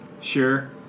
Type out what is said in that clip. Sure